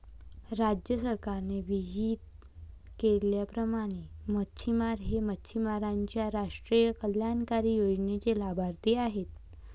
राज्य सरकारने विहित केल्याप्रमाणे मच्छिमार हे मच्छिमारांच्या राष्ट्रीय कल्याणकारी योजनेचे लाभार्थी आहेत